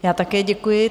Já také děkuji.